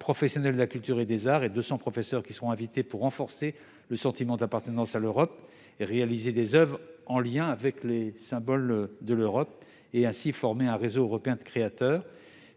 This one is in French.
professionnels de la culture et des arts, et deux cents professeurs. Ils seront invités pour renforcer le sentiment d'appartenance à l'Europe et réaliser des oeuvres en lien avec les symboles de l'Europe. Ils formeront ainsi un réseau européen de créateurs.